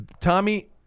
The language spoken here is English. Tommy